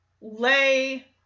lay